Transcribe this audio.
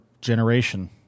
generation